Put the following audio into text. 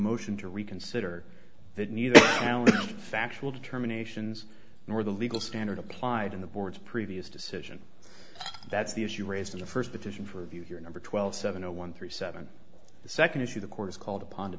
motion to reconsider that neither factual determination nor the legal standard applied in the board's previous decision that's the issue raised in the first petition for review here number twelve seven zero one three seven the second issue the court is called upon to